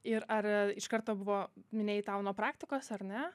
ir ar iš karto buvo minėjai tau nuo praktikos ar ne